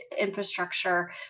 infrastructure